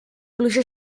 pluja